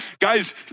guys